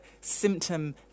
symptom